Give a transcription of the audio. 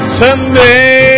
someday